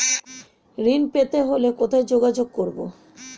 ঋণ পেতে হলে কোথায় যোগাযোগ করব?